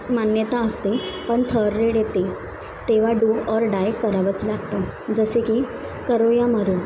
मान्यता असते पण थर्ड रेड येते तेव्हा डू ऑर डाय करावंच लागतं जसे की करो या मरो